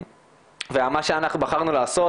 מה שאנחנו בחרנו לעשות,